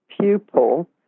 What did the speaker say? pupil